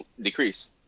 decrease